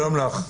שלום לך.